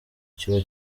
kiba